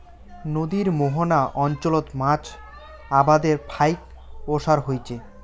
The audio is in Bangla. নদীর মোহনা অঞ্চলত মাছ আবাদের ফাইক ওসার হইচে